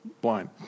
blind